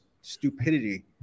stupidity